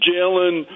Jalen